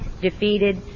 defeated